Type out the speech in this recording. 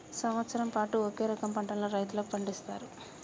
సంవత్సరం పాటు ఒకే రకం పంటలను రైతులు పండిస్తాండ్లు